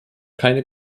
keine